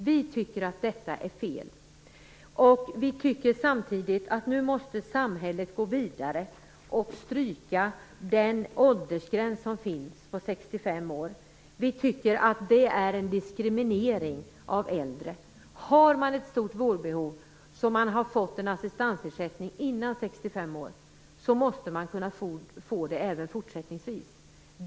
Vi tycker att detta är fel. Vi tycker samtidigt att samhället nu måste gå vidare och stryka den åldersgräns på 65 år som finns. Vi tycker att det är en diskriminering av äldre. Har man ett stort vårdbehov så att man har fått en assistensersättning före 65 års ålder måste man kunna få den även fortsättningsvis.